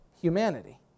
humanity